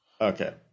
Okay